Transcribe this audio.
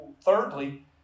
Thirdly